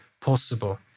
possible